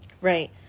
Right